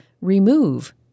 remove